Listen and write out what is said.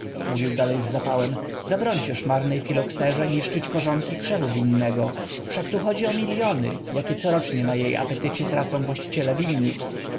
mówił dalej z zapałem zabrońcież marnej filokserze niszczyć korzonki krzewu winnego wszak tu chodzi o miliony jakie corocznie na jej apetycie tracą właściciele winnic